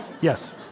Yes